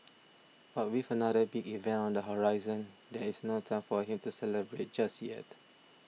but with another big event on the horizon there is no time for him to celebrate just yet